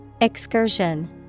Excursion